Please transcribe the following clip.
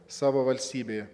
savo valstybėje